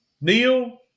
Neil